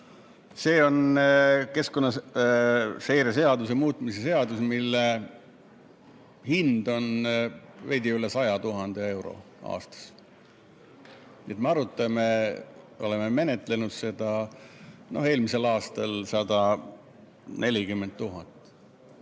See on keskkonnaseire seaduse muutmise seadus, mille hind on veidi üle 100 000 euro aastas. Nüüd me arutame, oleme menetlenud seda. Eelmisel aastal 140 000,